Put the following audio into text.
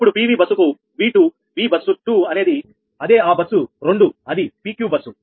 ఇప్పుడు PV బస్సుకు V2 V bus 2 అనేది ఇదే ఆ బస్సు 2 అది PQ బస్సు